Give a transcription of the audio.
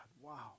Wow